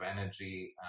energy